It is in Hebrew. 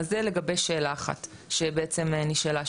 אז זה לגבי שאלה אחת שבעצם נשאלה.